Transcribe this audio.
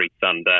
Thunder